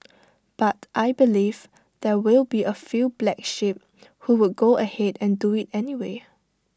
but I believe there will be A few black sheep who would go ahead and do IT anyway